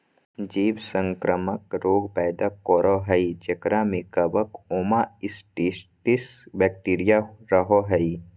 जीव संक्रामक रोग पैदा करो हइ जेकरा में कवक, ओमाइसीट्स, बैक्टीरिया रहो हइ